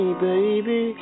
baby